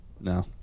No